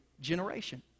generation